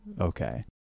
okay